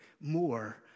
more